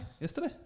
yesterday